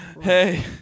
Hey